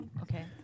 okay